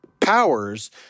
powers